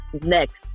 next